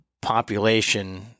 population